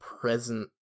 present